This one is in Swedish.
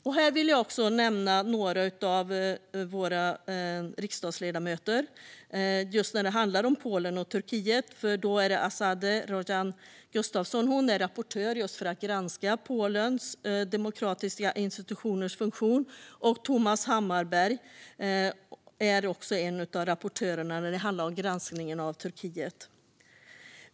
När det handlar om just Polen och Turkiet vill jag också nämna några av våra riksdagsledamöter. Azadeh Rojhan Gustafsson är rapportör med ansvar för att granska Polens demokratiska institutioners funktion. Thomas Hammarberg är en av rapportörerna när det handlar om granskningen av Turkiet.